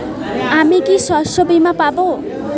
আমি কি শষ্যবীমা পাব?